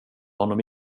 honom